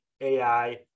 AI